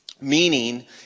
meaning